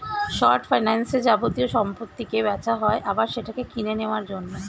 short ফাইন্যান্সে যাবতীয় সম্পত্তিকে বেচা হয় আবার সেটাকে কিনে নেওয়ার জন্য